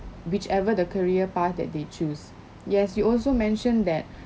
whichever the career path that they choose yes you also mentioned that